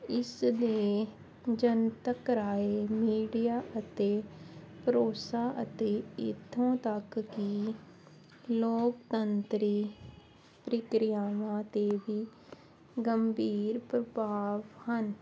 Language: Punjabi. ਇਸ ਦੇ ਜਨਤਕ ਰਾਏ ਮੀਡੀਆ ਅਤੇ ਭਰੋਸਾ ਅਤੇ ਇੱਥੋਂ ਤੱਕ ਕਿ ਲੋਕਤੰਤਰੀ ਪ੍ਰੀਕਿਰਿਆਵਾਂ 'ਤੇ ਵੀ ਗੰਭੀਰ ਪ੍ਰਭਾਵ ਹਨ